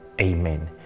Amen